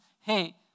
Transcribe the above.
hey